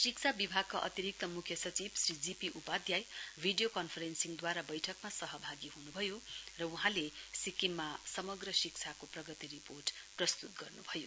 शिक्षा विभागका अतिरिक्त मुख्य सचिव श्री जी पीउपाध्याय भिडियो कन्फेरिन्सद्ववारा बैठकमा सहभागी हुनुभयो र वहाँले सिक्किममा समग्र शिक्षाको प्रगति रिपोर्ट प्रस्तुत गर्नुभयो